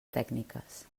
tècniques